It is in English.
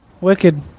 Wicked